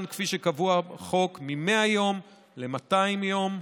כפי שקבוע בחוק מ-100 יום ל-200 יום,